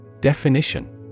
Definition